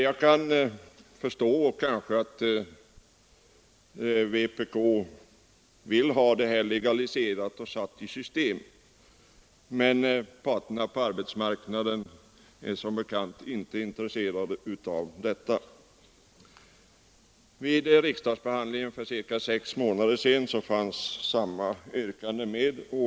Jag kan kanske förstå att vpk vill ha strejkrätten legaliserad och satt i system, men parterna på arbetsmarknaden är som bekant inte intresserade av det. Vid riksdagsbehandlingen för cirka sex månader sedan fanns samma yrkande.